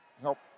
help